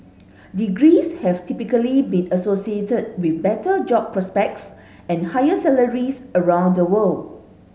degrees have typically been associated with better job prospects and higher salaries around the world